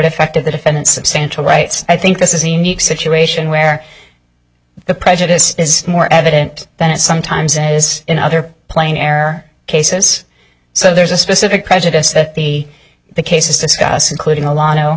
affected the defendant substantial rights i think this is a neat situation where the prejudice is more evident than it sometimes is in other plane air cases so there's a specific prejudice that the the cases discuss including